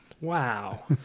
Wow